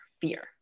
fear